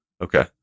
okay